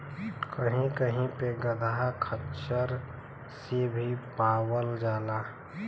कही कही पे गदहा खच्चरन से भी पावल जाला